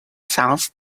sounds